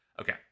okay